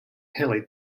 hilly